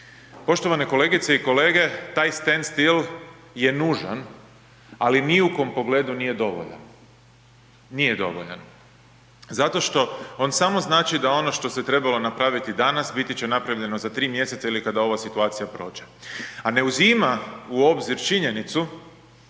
Poštovane kolegice i kolege, taj stand still je nužan ali ni u kom pogledu nije dovoljan, nije dovoljan. Zato što on samo znači da ono što se trebalo napravili danas biti će napravljeno za tri mjeseca ili kada ova situacija prođe, a ne uzima u obzir činjenicu